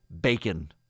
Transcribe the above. Bacon